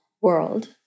world